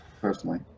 personally